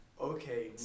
Okay